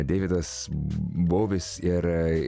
deividas bouvis ir